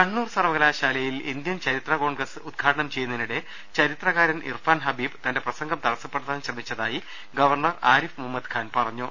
കണ്ണൂർ സർവകലാശാലയിൽ ഇന്ത്യൻ ചരിത്രകോൺഗ്രസ് ഉദ്ഘാ ടനം ചെയ്യുന്നതിനിടെ ചരിത്രകാരൻ ഇർഫാൻ ഹബീബ് തന്റെ പ്രസംഗം തടസ്സപ്പെടുത്താൻ ശ്രമിച്ചതായി ഗവർണർ ആരിഫ് മുഹമ്മദ്ഖാൻ പറ ഞ്ഞു